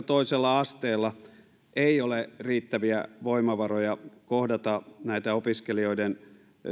toisella asteella ei ole riittäviä voimavaroja kohdata näitä opiskelijoiden